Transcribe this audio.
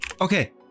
okay